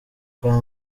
rwa